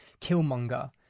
Killmonger